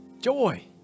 Joy